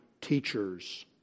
teachers